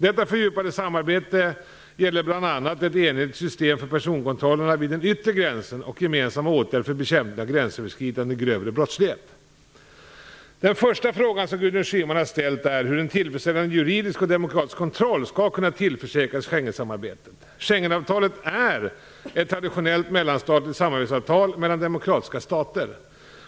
Detta fördjupade samarbete gäller bl.a. ett enhetligt system för personkontrollerna vid den yttre gränsen och gemensamma åtgärder för bekämpning av gränsöverskridande, grövre brottslighet. Den första frågan som Gudrun Schyman har ställt är hur en tillfredsställande juridisk och demokratisk kontroll skall kunna tillförsäkras Schengensamarbetet. Schengenavtalet är ett traditionellt, mellanstatligt samarbetsavtal mellan demokratiska stater.